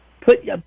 Put